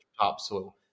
topsoil